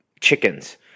chickens